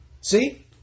See